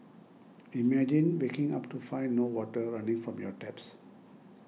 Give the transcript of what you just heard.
imagine waking up to find no water running from your taps